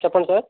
చెప్పండి సార్